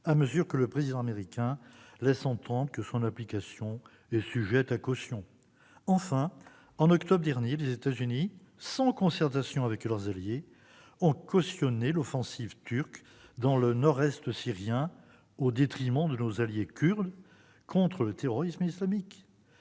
à mesure que le président américain laisse entendre que son application est sujette à caution. Enfin, en octobre dernier, les États-Unis, sans concertation avec leurs alliés, ont cautionné l'offensive turque dans le nord-est syrien, au détriment de nos alliés kurdes contre le terrorisme islamique.